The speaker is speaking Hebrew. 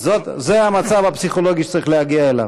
זה המצב הפסיכולוגי שצריך להגיע אליו.